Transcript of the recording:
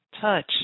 touch